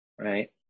right